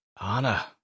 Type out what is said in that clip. Anna